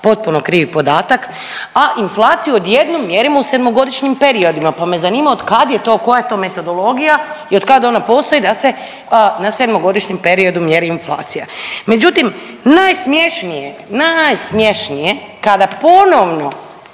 potpuno krivi podatak. A inflaciju od jednom mjerimo u 7-godišnjim periodima. Pa me zanima od kada je to, koja je to metodologija i od kad ona postoji da se na sedmogodišnjem periodu mjeri inflacija. Međutim, najsmješnije, najsmješnije kada ponovno,